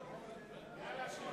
יאללה,